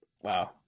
wow